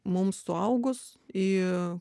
mums suaugus į